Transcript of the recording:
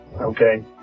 okay